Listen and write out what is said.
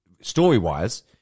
story-wise